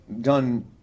done